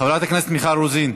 חברת הכנסת מיכל רוזין,